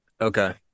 Okay